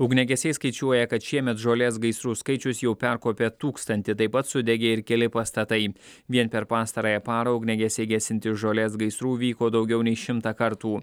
ugniagesiai skaičiuoja kad šiemet žolės gaisrų skaičius jau perkopė tūkstantį taip pat sudegė ir keli pastatai vien per pastarąją parą ugniagesiai gesinti žolės gaisrų vyko daugiau nei šimtą kartų